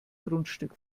grundstück